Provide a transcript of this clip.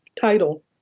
title